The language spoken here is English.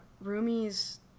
Rumi's